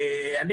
תודה רבה.